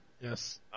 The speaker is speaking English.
Yes